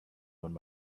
one